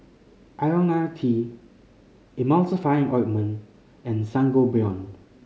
Ionil T Emulsying Ointment and Sangobion